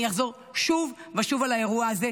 אני אחזור שוב ושוב על האירוע הזה.